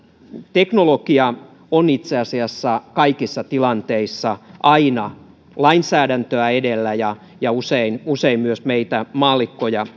teknologia on itse asiassa kaikissa tilanteissa aina lainsäädäntöä edellä ja ja usein usein myös meitä maallikkoja